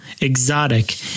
exotic